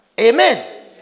Amen